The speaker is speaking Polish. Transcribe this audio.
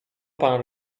pan